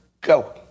go